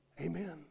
Amen